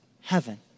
heaven